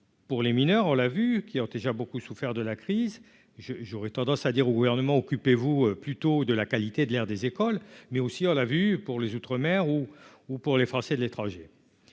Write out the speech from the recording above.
Pour les mineurs, on l'a vu, qui ont déjà beaucoup souffert de la crise je j'aurais tendance à dire au gouvernement : occupez-vous plutôt de la qualité de l'air, des écoles, mais aussi, on l'a vu pour les Outre-Mer ou, ou, pour les Français de l'étranger,